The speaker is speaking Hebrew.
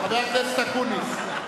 חבר הכנסת אקוניס,